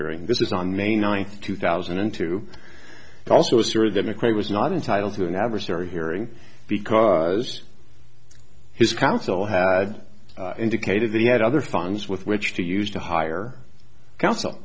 hearing this is on may ninth two thousand and two also asserted that mcrae was not entitled to an adversary hearing because his counsel had indicated that he had other funds with which to use to hire counsel